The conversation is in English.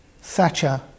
thatcher